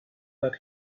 that